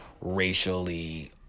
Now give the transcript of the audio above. racially